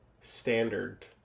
standard